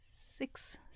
Six